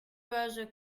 browser